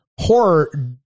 Horror